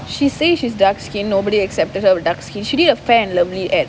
she say she's dark skin nobody accepted her dark skin she did a Fair & Lovely advertisement